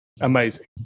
amazing